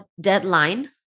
deadline